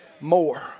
more